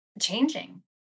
changing